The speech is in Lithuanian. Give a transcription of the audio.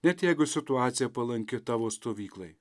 net jeigu situacija palanki tavo stovyklai